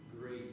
great